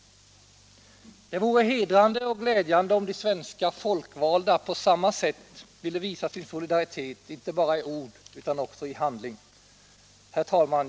Det vore hedrande och glädjande om de svenska folkvalda på samma sätt ville visa sin solidaritet inte bara i ord utan också i handling. Herr talman!